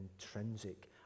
intrinsic